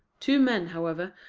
two men, however,